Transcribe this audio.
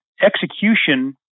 execution